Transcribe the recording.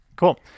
Cool